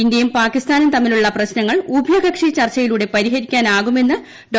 ഇന്ത്യയും പാകിസ്ഥാനും തമ്മിലുള്ള പ്രശ്നങ്ങൾ ഉഭയകക്ഷി ചർച്ചയിലൂടെ പരിഹരിക്കാനാകുമെന്ന് ഡോ